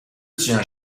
tient